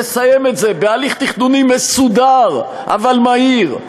לסיים את זה בהליך תכנוני מסודר אבל מהיר,